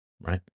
right